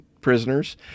prisoners